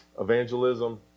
evangelism